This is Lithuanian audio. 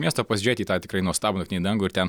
miesto pasižiūrėti į tą tikrai nuostabų naktinį dangų ir ten